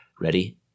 Ready